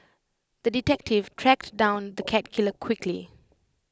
the detective tracked down the cat killer quickly